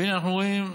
והינה אנחנו רואים,